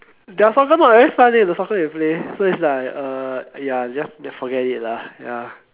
their soccer not very fun eh the soccer they play so it's like uh ya just just forget it lah ya